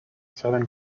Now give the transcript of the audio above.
southern